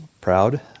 proud